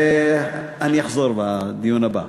ואני אחזור בדיון הבא,